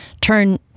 turn